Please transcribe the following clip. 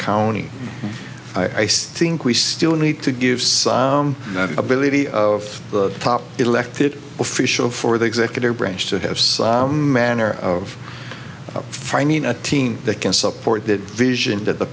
county i said think we still need to give some ability of the top elected official for the executive branch to have some manner of finding a team that can support that vision that the